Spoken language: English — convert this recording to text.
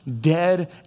dead